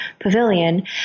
Pavilion